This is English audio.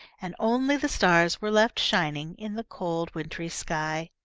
and only the stars were left shining, in the cold wintry sky.